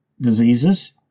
diseases